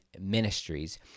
Ministries